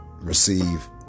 receive